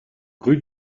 rue